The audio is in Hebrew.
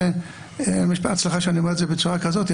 סליחה שאני אומר בצורה כזאת,